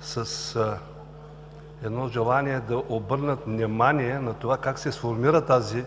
се с желание да обърнат внимание на това как се сформира тази